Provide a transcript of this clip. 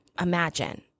imagine